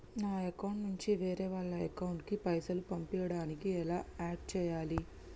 నా అకౌంట్ నుంచి వేరే వాళ్ల అకౌంట్ కి పైసలు పంపించడానికి ఎలా ఆడ్ చేయాలి?